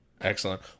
Excellent